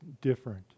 different